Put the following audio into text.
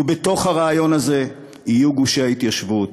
ובתוך הרעיון הזה יהיו גושי ההתיישבות,